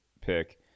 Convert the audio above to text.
pick